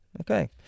okay